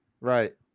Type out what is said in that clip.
right